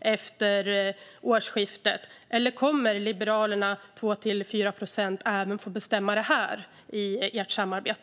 efter årsskiftet? Eller kommer Liberalerna med sina 2-4 procents stöd även att få bestämma detta i ert samarbete?